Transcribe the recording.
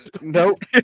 Nope